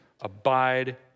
Abide